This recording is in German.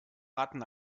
ratten